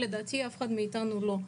לדעתי אף אחד מאיתנו לא,